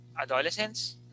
adolescents